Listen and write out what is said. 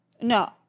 No